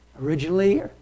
Originally